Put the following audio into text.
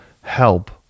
help